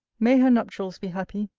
may her nuptials be happy!